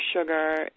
sugar